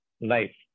life